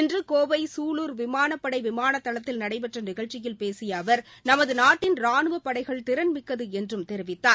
இன்று கோவை சூலூர் விமானப் படை விமான தளத்தில் நடைபெற்ற நிகழ்ச்சியில் பேசிய அவர் நமது நாட்டின் ராணுவ படைகள் திறன்மிக்கது என்றும் தெரிவித்தார்